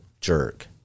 jerk